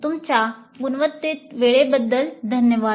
तुमच्या गुणवत्तेच्या वेळेबद्दल धन्यवाद